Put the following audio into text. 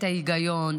את ההיגיון,